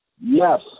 Yes